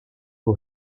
who